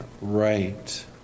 right